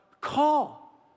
call